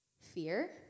Fear